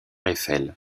eiffel